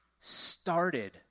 started